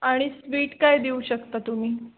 आणि स्वीट काय देऊ शकता तुम्ही